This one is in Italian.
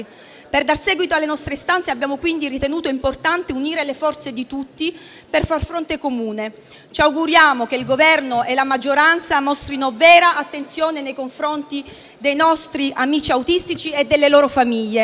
Per dar seguito alle nostre istanze abbiamo quindi ritenuto importante unire le forze di tutti per far fronte comune. Ci auguriamo che il Governo e la maggioranza mostrino vera attenzione nei confronti dei nostri amici autistici e delle loro famiglie.